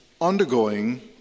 undergoing